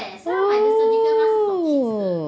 oh